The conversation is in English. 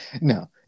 No